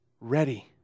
ready